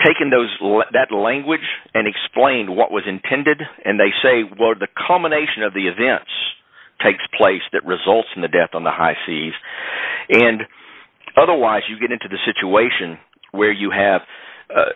taken those that language and explain what was intended and they say what the combination of the events takes place that results in the death on the high seas and otherwise you get into the situation where you have